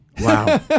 Wow